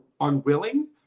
unwilling